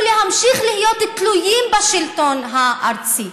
להמשיך להיות תלויים בשלטון הארצי.